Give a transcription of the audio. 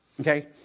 okay